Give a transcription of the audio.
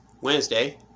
Wednesday